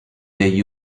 degli